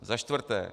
Za čtvrté.